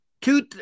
Two